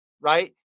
right